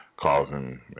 causing